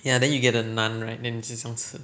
ya then you get the naan right then 你就这样吃